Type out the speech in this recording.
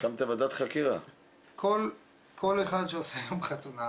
כל אחד שעושה היום חתונה,